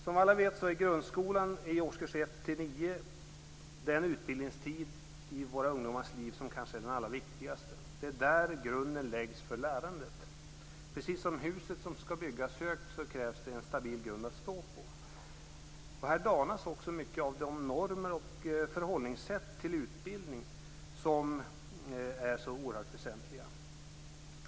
Som alla vet är grundskolan, årskurs 1-9, den utbildningstid i våra ungdomars liv som kanske är den allra viktigaste. Det är där grunden läggs för lärandet. Precis som för huset som skall byggas högt krävs det en stabil grund att stå på. Här danas också många av de normer och förhållningssätt till utbildning som är så oerhört väsentliga.